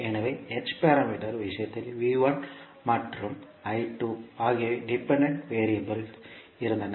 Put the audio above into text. எனவே h பாராமீட்டர்கள் விஷயத்தில் மற்றும் ஆகியவை டிபெண்டன்ட் வெறியபிள் இருந்தன